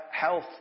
health